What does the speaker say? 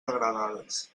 degradades